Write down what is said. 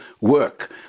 work